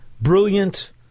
brilliant